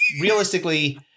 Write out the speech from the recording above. Realistically